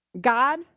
God